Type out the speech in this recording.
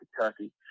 Kentucky